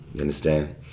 understand